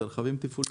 אלה רכבים תפעוליים.